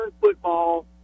football